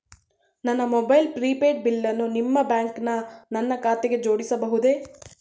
ನನ್ನ mobile prepaid ಬಿಲ್ಲನ್ನು ನಿಮ್ಮ ಬ್ಯಾಂಕಿನ ನನ್ನ ಖಾತೆಗೆ ಜೋಡಿಸಬಹುದೇ?